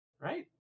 right